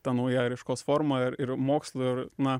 ta nauja raiškos forma ir ir mokslu ir na